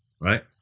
right